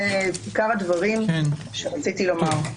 אלה עיקרי הדברים שרציתי לומר.